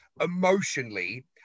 emotionally